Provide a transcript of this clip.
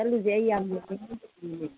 ꯆꯠꯂꯨꯁꯦ ꯑꯩ ꯌꯥꯝ